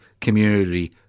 community